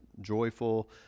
joyful